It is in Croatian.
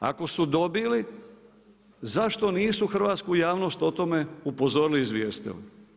Ako su dobili, zašto nisu hrvatsku javnost o tome upozorili i izvijestili?